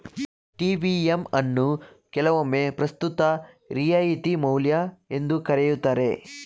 TVM ಅನ್ನು ಕೆಲವೊಮ್ಮೆ ಪ್ರಸ್ತುತ ರಿಯಾಯಿತಿ ಮೌಲ್ಯ ಎಂದು ಕರೆಯುತ್ತಾರೆ